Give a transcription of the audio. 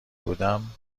بودم